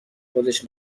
خودش